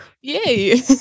Yay